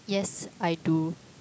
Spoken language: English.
yes I do